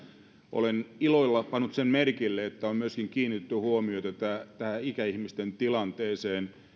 olen ilolla pannut sen merkille että on myöskin kiinnitetty huomiota tähän ikäihmisten tilanteeseen